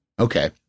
okay